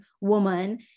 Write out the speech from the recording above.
woman